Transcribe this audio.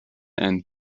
and